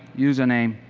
user name,